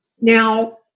Now